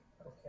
Okay